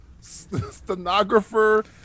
stenographer